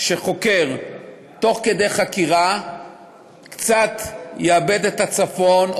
שחוקר תוך כדי חקירה קצת יאבד את הצפון,